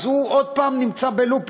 אז הוא עוד פעם נמצא ב"לופ".